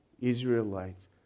Israelites